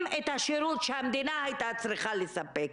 את השירות שהמדינה הייתה צריכה לספק,